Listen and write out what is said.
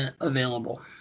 available